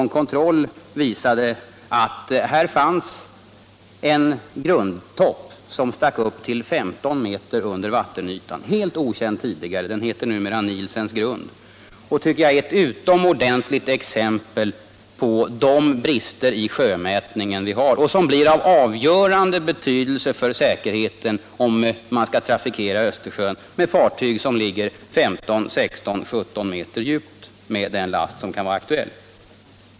En kontroll visade att här fanns en grundtopp som stack upp till 15 meter under vattenytan - helt okänd tidigare. Den heter numera Nielsens grund. Detta tycker jag är ett utomordentligt exempel på bristerna i sjömätningen, och det är någonting som blir av avgörande betydelse för säkerheten om man skall trafikera Östersjön med fartyg som ligger 15, 16 eller 17 meter djupt med den last som kan vara aktuell.